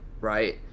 right